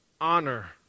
Honor